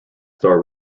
star